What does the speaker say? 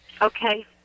Okay